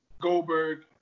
Goldberg